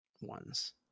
ones